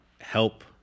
help